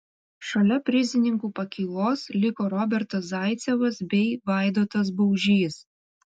šalia prizininkų pakylos liko robertas zaicevas bei vaidotas baužys